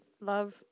Love